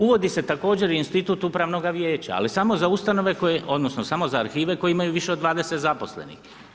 Uvodi se također i institut upravnoga vijeća, ali samo za ustanove, odnosno, samo za arhive koje imaju više od 20 zaposlenih.